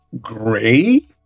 gray